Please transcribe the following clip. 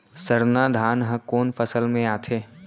सरना धान ह कोन फसल में आथे?